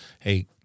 hey